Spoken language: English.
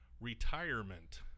retirement